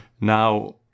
now